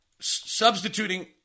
substituting